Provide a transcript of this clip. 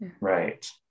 right